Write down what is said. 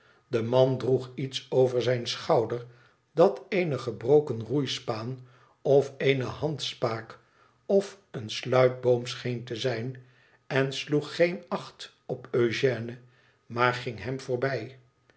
de man droeg iets over zijn schouder dat eene gebroken roeispaan of eene handspaak of een sluitboom scheen te zijn en sloeg geen acht op eugène maar ging hem voorbij